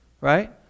right